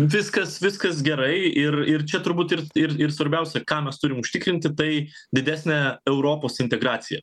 viskas viskas gerai ir ir čia turbūt ir ir ir svarbiausia ką mes turim užtikrinti tai didesnę europos integraciją